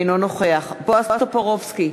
אינו נוכח בועז טופורובסקי,